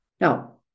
Now